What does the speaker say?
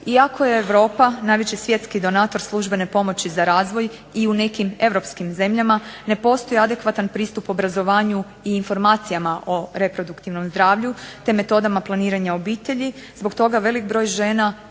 Iako je Europa najveći svjetski donator službene pomoći za razvoj i u nekim europskim zemljama ne postoji adekvatan pristup obrazovanju i informacijama o reproduktivnom zdravlju, te metodama planiranja obitelji. Zbog toga veliki broj žena